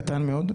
תקציב קטן מאוד.